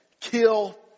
kill